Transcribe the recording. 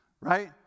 Right